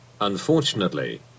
Unfortunately